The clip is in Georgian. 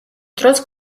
დროს